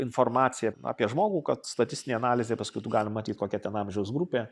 informacija apie žmogų kad statistinė analizė paskui galima matyt kokia ten amžiaus grupė